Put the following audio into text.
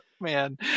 man